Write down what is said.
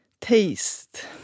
Taste